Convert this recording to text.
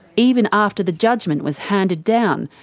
even after the judgement was handed down,